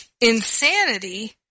insanity